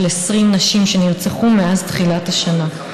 של 20 נשים שנרצחו מאז תחילת השנה.